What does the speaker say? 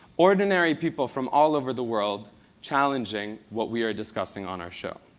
ordinary people from all over the world challenging what we are discussing on our show.